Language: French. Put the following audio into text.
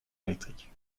électronique